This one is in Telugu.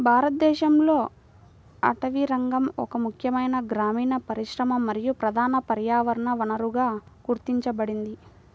భారతదేశంలో అటవీరంగం ఒక ముఖ్యమైన గ్రామీణ పరిశ్రమ మరియు ప్రధాన పర్యావరణ వనరుగా గుర్తించబడింది